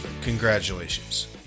Congratulations